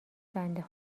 بنده